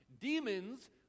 demons